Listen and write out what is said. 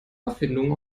erfindung